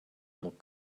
look